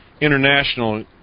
international